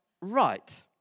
right